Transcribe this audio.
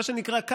מה שנקרא,